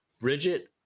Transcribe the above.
Bridget